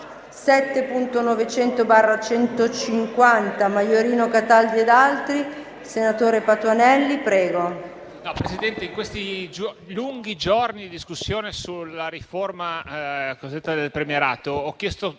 Presidente, in questi lunghi giorni di discussione sulla riforma cosiddetta del premierato, ho chiesto